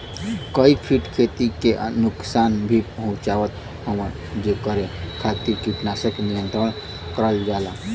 कई कीट खेती के नुकसान भी पहुंचावत हउवन जेकरे खातिर कीटनाशक नियंत्रण करल जाला